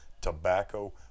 tobacco